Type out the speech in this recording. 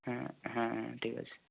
হুম হুম হুম ঠিক আছে